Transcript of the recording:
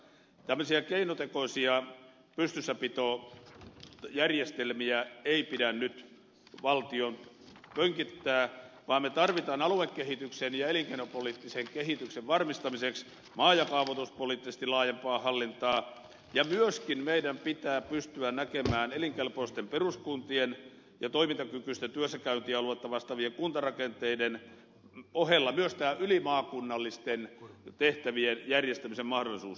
tämmöisiä keinotekoisia pystyssäpitojärjestelmiä ei pidä nyt valtion pönkittää vaan me tarvitsemme aluekehityksen ja elinkeinopoliittisen kehityksen varmistamiseksi maa ja kaavoituspoliittisesti laajempaa hallintaa ja myöskin meidän pitää pystyä näkemään elinkelpoisten peruskuntien ja toimintakykyisten työssäkäyntialueita vastaavien kuntarakenteiden ohella myös ylimaakunnallisten tehtävien järjestämisen mahdollisuus